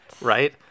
Right